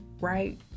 right